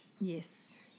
Yes